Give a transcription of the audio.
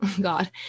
God